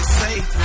safe